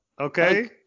okay